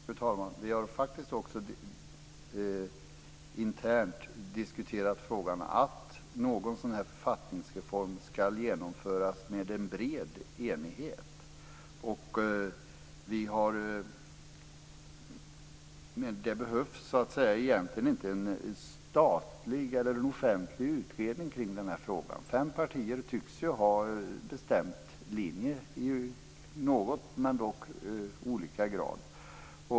Fru talman! Vi har faktiskt också internt diskuterat frågan att en sådan här författningsreform ska genomföras med en bred enighet. Det behövs egentligen inte en offentlig utredning av den här frågan. Fem partier tycks ju ha bestämt linje i olika grad.